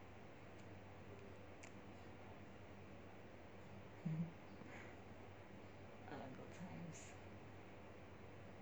ah good times